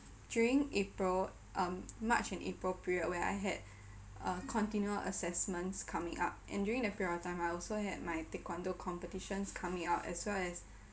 during april um march and april period where I had uh continual assessments coming up and during the period of time I also had my taekwondo competitions coming up as well as